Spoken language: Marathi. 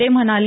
ते म्हणाले